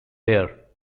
there